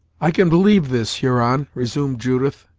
i can believe this, huron, resumed judith,